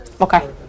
Okay